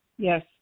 Yes